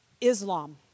Islam